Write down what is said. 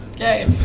game,